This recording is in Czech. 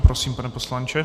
Prosím, pane poslanče.